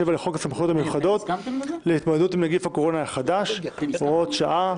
לחוק סמכויות מיוחדות להתמודדות עם נגיף הקורונה החדש (הוראת שעה),